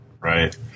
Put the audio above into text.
Right